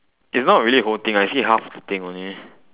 is not really the whole thing uh you see half the thing only